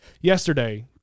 yesterday